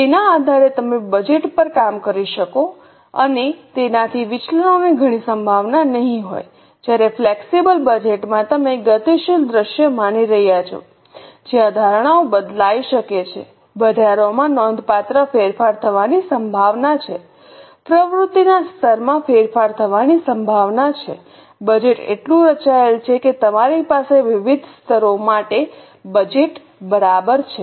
તેના આધારે તમે બજેટ પર કામ કરી શકશો અને તેનાથી વિચલનોની ઘણી સંભાવના નહીં હોય જ્યારે ફ્લેક્સિબલ બજેટ માં તમે ગતિશીલ દૃશ્ય માની રહ્યા છો જ્યાં ધારણાઓ બદલાઇ શકે છે બજારોમાં નોંધપાત્ર ફેરફાર થવાની સંભાવના છે પ્રવૃત્તિના સ્તરમાં ફેરફાર થવાની સંભાવના છે બજેટ એટલું રચાયેલ છે કે તમારી પાસે વિવિધ સ્તરો માટે બજેટ બરાબર છે